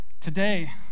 Today